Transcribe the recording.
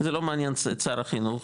זה לא מעניין את שר החינוך,